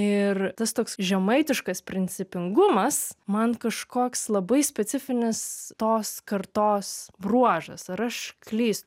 ir tas toks žemaitiškas principingumas man kažkoks labai specifinis tos kartos bruožas ar aš klystu